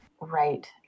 right